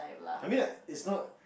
I mean like it's not